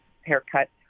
haircut